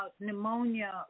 pneumonia